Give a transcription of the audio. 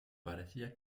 parecía